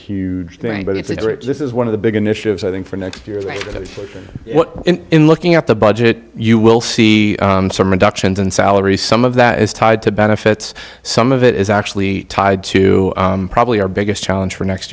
huge thing but if they do this is one of the big initiatives i think for next year in looking at the budget you will see some reductions in salaries some of that is tied to benefits some of it is actually tied to probably our biggest challenge for next